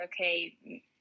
okay